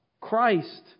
Christ